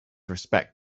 respect